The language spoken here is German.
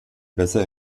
besser